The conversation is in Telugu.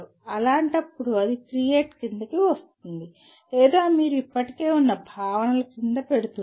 అలాంటప్పుడు అది 'క్రియేట్' క్రిందకి వస్తుంది లేదా మీరు ఇప్పటికే ఉన్న భావనల క్రింద పెడుతున్నారు